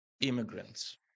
immigrants